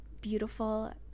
Beautiful